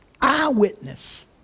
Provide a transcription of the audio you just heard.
Eyewitness